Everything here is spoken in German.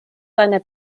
seiner